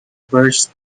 burst